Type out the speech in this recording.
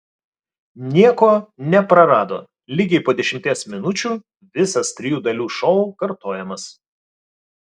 nieko neprarado lygiai po dešimties minučių visas trijų dalių šou kartojamas